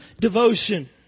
devotion